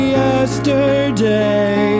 yesterday